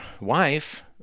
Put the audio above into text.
wife